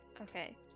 Okay